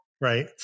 right